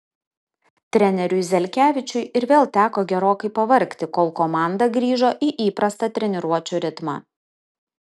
treneriui zelkevičiui ir vėl teko gerokai pavargti kol komanda grįžo į įprastą treniruočių ritmą